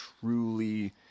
truly